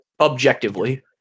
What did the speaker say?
objectively